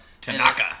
Tanaka